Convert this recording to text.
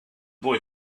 boy